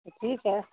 ٹھیک ہے